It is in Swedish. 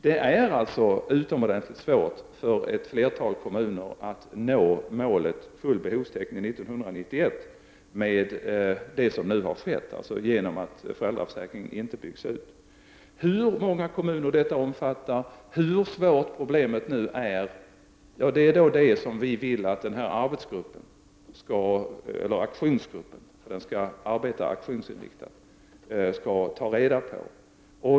Det är utomordenligt svårt för étt flertal kommuner att nå målet full behovstäckning år 1991 efter det som nu har skett, dvs. att föräldraförsäkringen inte kommer att byggas ut. Hur många kommuner detta omfattar och hur svårt problemet är, är något som vi vill att den särskilda aktionsgruppen skall ta reda på.